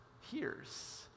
hears